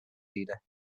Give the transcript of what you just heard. leader